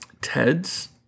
Ted's